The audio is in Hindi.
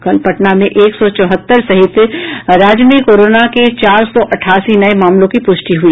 कल पटना में एक सौ चौहत्तर सहित राज्य में कोरोना के चार सौ अठासी नये मामलों की पुष्टि हुई